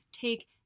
take